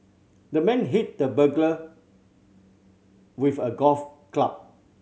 the man hit the burglar with a golf club